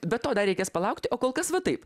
be to dar reikės palaukti o kol kas va taip